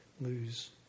lose